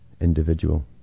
individual